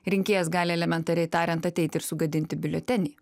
rinkėjas gali elementariai tariant ateiti ir sugadinti biuletenį